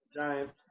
Giants